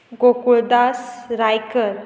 Gokuldas Raikar